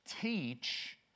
teach